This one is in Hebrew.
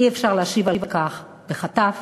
אי-אפשר להשיב על כך בחטף.